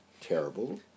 terrible